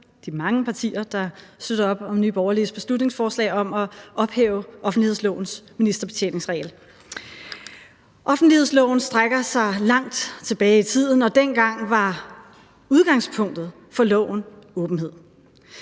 de mange partier, der støtter op om Nye Borgerliges beslutningsforslag om at ophæve offentlighedslovens ministerbetjeningsregel. Offentlighedsloven strækker sig langt tilbage i tiden, og dengang var udgangspunktet for loven åbenhed.